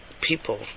people